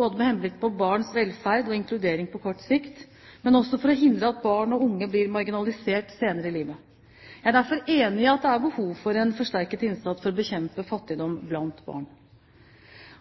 både med henblikk på barns velferd og inkludering på kort sikt, og også for å hindre at barn og unge blir marginalisert senere i livet. Jeg er derfor enig i at det er behov for en forsterket innsats for å bekjempe fattigdom blant barn.